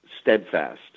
steadfast